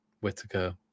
Whitaker